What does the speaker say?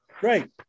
Great